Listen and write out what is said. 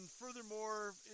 furthermore